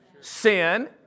sin